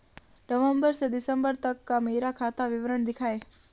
नवंबर से दिसंबर तक का मेरा खाता विवरण दिखाएं?